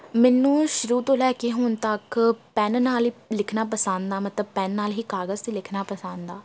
ਮੈਨੂੰ ਸ਼ੁਰੂ ਤੋਂ ਲੈ ਕੇ ਹੁਣ ਤੱਕ ਪੈੱਨ ਨਾਲ ਲਿਖਣਾ ਪਸੰਦ ਆ ਮਤਲਬ ਪੈੱਨ ਨਾਲ ਹੀ ਕਾਗਜ਼ 'ਤੇ ਲਿਖਣਾ ਪਸੰਦ ਆ